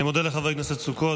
אני מודה לחבר הכנסת סוכות.